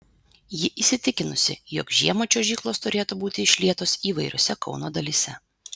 ji įsitikinusi jog žiemą čiuožyklos turėtų būti išlietos įvairiose kauno dalyse